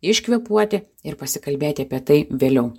iškvėpuoti ir pasikalbėti apie tai vėliau